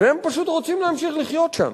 והם פשוט רוצים להמשיך לחיות שם,